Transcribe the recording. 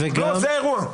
לא, זה האירוע.